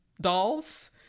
dolls